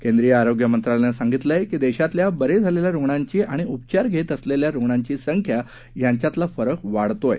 केंद्रिय आरोग्यमंत्रालयानं सांगितलं की देशातल्या बरे झालेल्या रुग्णांची आणि उपचार घेत असलेल्या रुग्णांची संख्य्या यांच्यामधला फरक वाढत आहे